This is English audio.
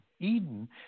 Eden